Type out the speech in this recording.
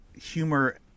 humor